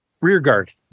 Rearguard